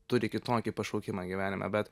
turi kitokį pašaukimą gyvenime bet